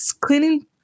cleaning